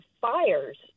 fires